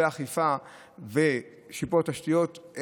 אכיפה ושיפור התשתיות,